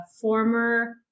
former